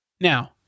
Now